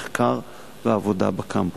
המחקר והעבודה בקמפוס.